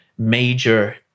major